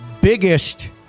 biggest